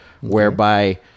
whereby